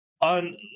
on